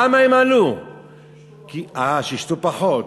שישתו פחות.